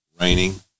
Raining